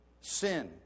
Sin